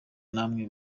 namwe